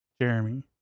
Jeremy